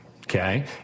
okay